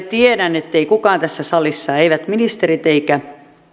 tiedän ettei kukaan tässä salissa eivät ministerit eivätkä